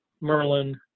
Merlin